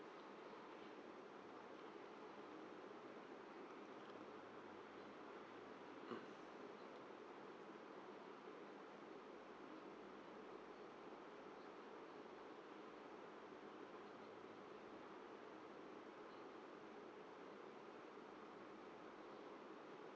mm